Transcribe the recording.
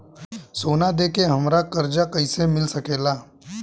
सोना दे के हमरा कर्जा कईसे मिल सकेला?